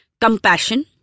Compassion